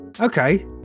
Okay